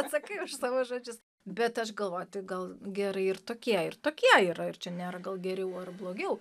atsakai už savo žodžius bet aš galvoju tai gal gerai ir tokie ir tokie yra ir čia nėra gal geriau ar blogiau